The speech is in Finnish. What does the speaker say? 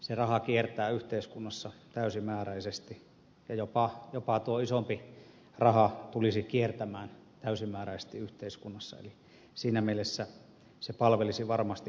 se raha kiertää yhteiskunnassa täysimääräisesti ja jopa tuo isompi raha tulisi kiertämään täysimääräisesti yhteiskunnassa eli siinä mielessä se palvelisi varmasti tarkoitustaan